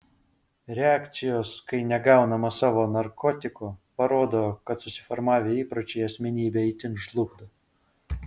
reakcijos kai negaunama savo narkotiko parodo kad susiformavę įpročiai asmenybę itin žlugdo